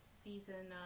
season